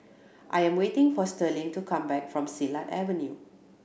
I am waiting for Sterling to come back from Silat Avenue